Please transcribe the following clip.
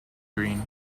green